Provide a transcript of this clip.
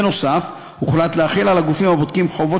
נוסף על כך הוחלט להחיל על הגופים הבודקים חובות